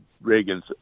Reagan's